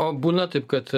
o būna taip kad